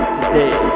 Today